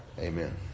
Amen